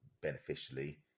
beneficially